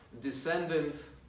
descendant